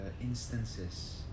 instances